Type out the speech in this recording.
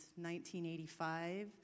1985